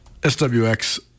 SWX